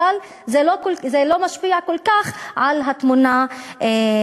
אבל זה לא משפיע כל כך על התמונה הכללית.